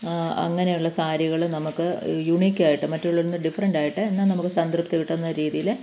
അങ്ങനെയുള്ള സാരികൾ നമുക്ക് യുണിയ്ക്കായിട്ട് മറ്റുള്ളതിൽ നിന്ന് ഡിഫറൻറ്റായിട്ട് എന്നാൽ നമുക്ക് സംതൃപ്തി കിട്ടുന്ന രീതിയിൽ